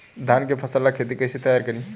धान के फ़सल ला खेती कइसे तैयार करी?